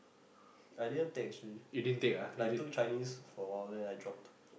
I didn't take actually like I took Chinese for awhile then I dropped